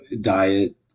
diet